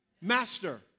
Master